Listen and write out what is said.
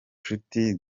shiti